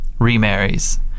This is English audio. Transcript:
remarries